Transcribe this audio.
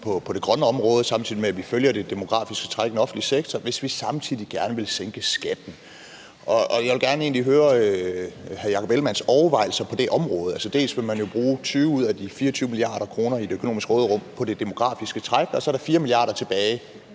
på det grønne område, samtidig med at vi følger det demografiske træk i den offentlige sektor, hvis vi samtidig gerne vil sænke skatten. Og jeg vil egentlig gerne høre hr. Jakob Ellemann-Jensens overvejelser på det område. Altså, dels vil man jo bruge 20 mia. kr. ud af de 24 mia. kr. i det økonomiske råderum på det demografiske træk, og så er der 4 mia. kr. tilbage